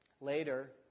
Later